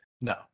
No